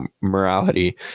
morality